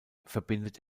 verbindet